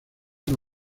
una